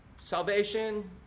Salvation